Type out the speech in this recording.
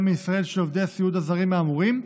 מישראל של עובדי הסיעוד הזרים האמורים,